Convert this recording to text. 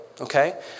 Okay